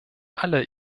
alle